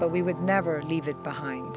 but we would never leave it behind